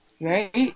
Right